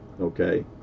okay